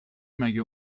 مگه